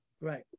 Right